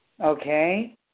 Okay